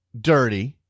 dirty